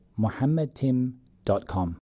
muhammadtim.com